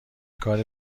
کار